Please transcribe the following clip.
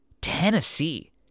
Tennessee